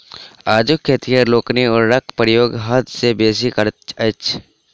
आजुक खेतिहर लोकनि उर्वरकक प्रयोग हद सॅ बेसी करैत छथि